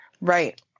Right